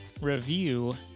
review